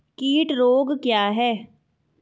कीट रोग क्या है?